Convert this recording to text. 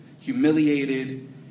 humiliated